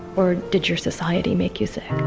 or did your society make you sick.